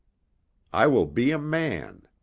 i will be a man.